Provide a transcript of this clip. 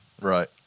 Right